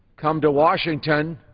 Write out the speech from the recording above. come to washington